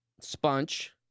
sponge